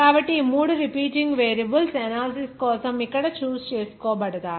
కాబట్టి ఈ మూడు రిపీటింగ్ వేరియబుల్స్ ఎనాలిసిస్ కోసం ఇక్కడ చూస్ చేసుకోబడతాయి